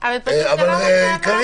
אבל זה לא מה שאמרתי.